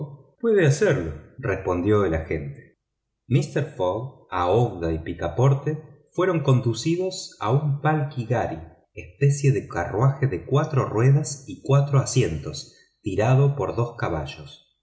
puede hacerlo respondió el agente mister fogg aouida y picaporte fueron conducidos a un palki ghari especie de carruaje de cuatro ruedas y cuatro asientos tirado por dos caballos